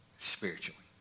spiritually